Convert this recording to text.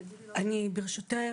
ברשותך,